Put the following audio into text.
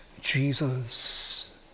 Jesus